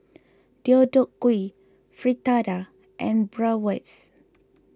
Deodeok Gui Fritada and Bratwurst